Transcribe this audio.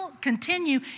continue